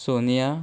Sonia